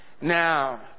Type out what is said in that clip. Now